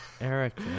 eric